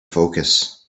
focus